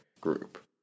group